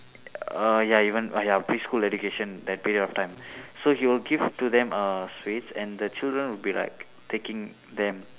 uh ya even ah ya school education that period of time so he will give to them uh sweets and the children would be like taking them